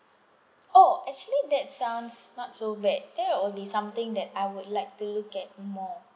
oh actually that sounds not so bad that will be something that I would like to look at more